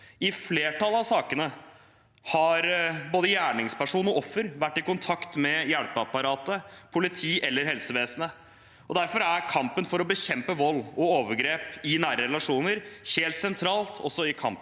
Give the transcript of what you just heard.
I flertallet av sakene har både gjerningsperson og offer vært i kontakt med hjelpeapparatet, politiet eller helsevesenet. Derfor er kampen for å bekjempe vold og overgrep i nære relasjoner helt sentral også i kampen